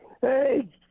Hey